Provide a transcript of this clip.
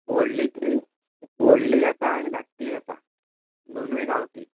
व्हडलीं तीं व्हडलींय आसा आनी धाकटींय आसा दोनूय गांवठी